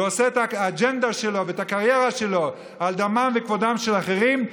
ועושה את האג'נדה שלו ואת הקריירה שלו על דמם וכבודם של אחרים,